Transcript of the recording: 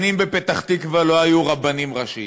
שנים בפתח-תקווה לא היו רבנים ראשיים,